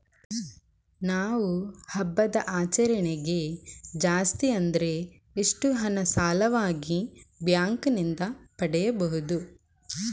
ನಾವು ಹಬ್ಬದ ಆಚರಣೆಗೆ ಜಾಸ್ತಿ ಅಂದ್ರೆ ಎಷ್ಟು ಹಣ ಸಾಲವಾಗಿ ಬ್ಯಾಂಕ್ ನಿಂದ ಪಡೆಯಬಹುದು?